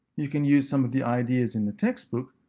you can use some of the ideas in the textbook,